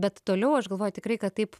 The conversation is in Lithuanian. bet toliau aš galvoju tikrai kad taip